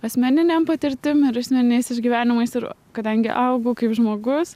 asmeninem patirtimi ir asmeniniais išgyvenimais ir kadangi augau kaip žmogus